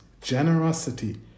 generosity